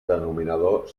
denominador